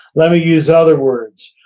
let me use other words.